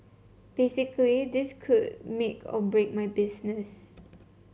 basically this could make or break my business